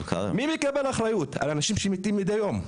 מי מקבל אחריות על אנשים שמתים מדי יום,